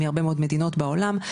מהרבה מאוד מדינות בעולם.